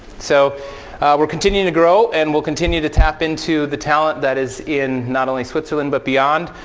so we're continuing to grow. and we'll continue to tap into the talent that is in not only switzerland, but beyond.